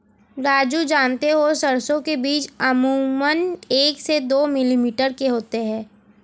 राजू जानते हो सरसों के बीज अमूमन एक से दो मिलीमीटर के होते हैं